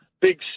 big